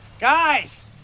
Guys